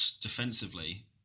defensively